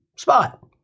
spot